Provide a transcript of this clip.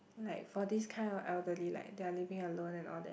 like for this kind of elderly like they are living alone and all that